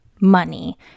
money